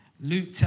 Luke